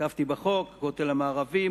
נקבתי בחוק: הכותל המערבי,